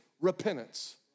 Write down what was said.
repentance